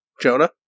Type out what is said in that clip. Jonah